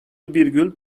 virgül